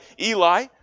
Eli